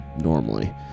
normally